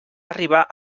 arribar